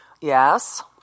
Yes